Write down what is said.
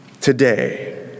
Today